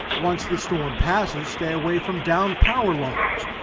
once the storm passes, stay away from down power lines.